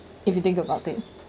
if you think about it